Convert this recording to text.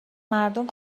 مردم